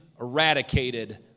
eradicated